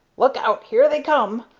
look out! here they come!